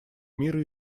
мира